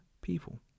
people